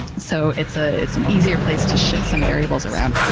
so it's ah it's an easier place to shift some variables around.